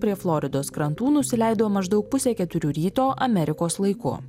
prie floridos krantų nusileido maždaug pusę keturių ryto amerikos laiku